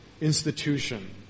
institution